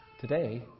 Today